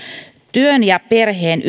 työn ja perheen